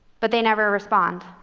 but they never respond,